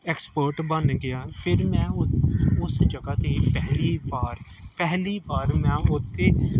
expert ਬਣ ਗਿਆ ਫਿਰ ਮੈਂ ਉ ਉਸ ਜਗ੍ਹਾ 'ਤੇ ਪਹਿਲੀ ਵਾਰ ਪਹਿਲੀ ਵਾਰ ਮੈਂ ਉੱਥੇ